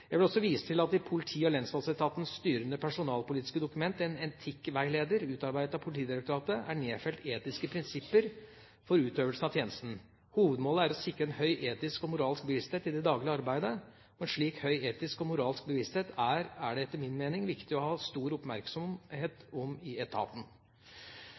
Jeg vil også vise til at det i politi- og lensmannsetatens styrende personalpolitiske dokument, en etikkveileder utarbeidet av Politidirektoratet, er nedfelt etiske prinsipper for utøvelsen av tjenesten. Hovedmålet er å sikre en høy etisk og moralsk bevissthet i det daglige arbeidet. En slik høy etisk og moralsk bevissthet er det etter min mening viktig å ha stor